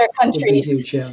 countries